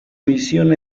misión